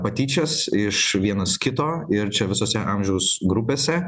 patyčias iš vienas kito ir čia visose amžiaus grupėse